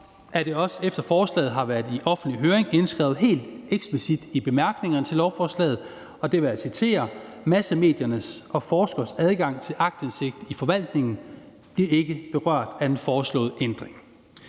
er det også, efter forslaget har været i offentlig høring, indskrevet helt eksplicit i bemærkningerne til lovforslaget: Massemediernes og forskeres adgang til aktindsigt i forvaltningen bliver ikke berørt af den foreslåede ændring.